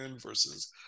versus